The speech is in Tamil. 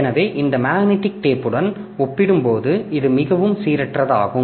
எனவே இந்த மேக்னெட்டிக் டேபுடன் ஒப்பிடும்போது இது மிகவும் சீரற்றதாகும்